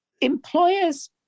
employers